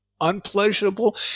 unpleasurable